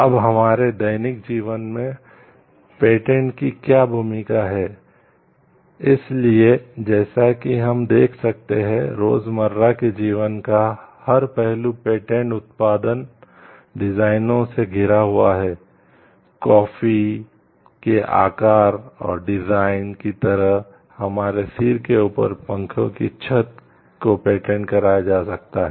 अब हमारे दैनिक जीवन में पेटेंट की तरह हमारे सिर के ऊपर पंखे की छत को पेटेंट कराया जा सकता है